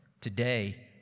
today